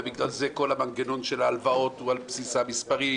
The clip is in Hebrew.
ובגלל זה כל המנגנון של ההלוואות הוא על בסיס המספרים.